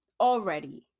already